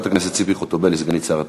ציפי חוטובלי, סגנית שר התחבורה.